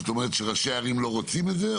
זאת אומרת שראשי הערים לא רוצים את זה?